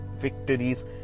victories